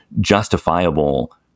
justifiable